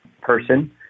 person